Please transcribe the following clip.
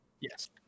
Yes